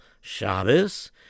Shabbos